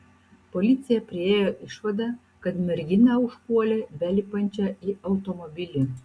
policija priėjo išvadą kad merginą užpuolė belipančią į automobilį